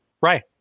Right